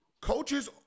coaches